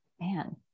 Man